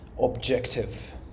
objective